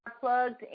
plugged